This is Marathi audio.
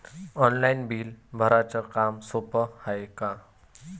ऑनलाईन बिल भराच काम सोपं हाय का?